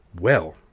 Well